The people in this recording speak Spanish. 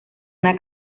una